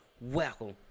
welcome